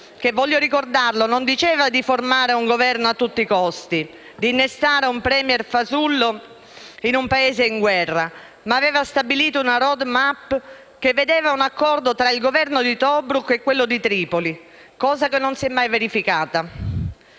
che - voglio ricordarlo - non diceva di formare un Governo a tutti i costi, di innestare un *Premier* fasullo in un Paese in guerra, ma aveva stabilito una *road map* che vedeva un accordo tra il Governo di Tobruk e quello di Tripoli, cosa che non si è mai verificata.